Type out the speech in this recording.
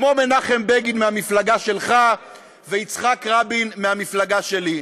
כמו מנחם בגין מהמפלגה שלך ויצחק רבין מהמפלגה שלי.